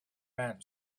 men